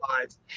lives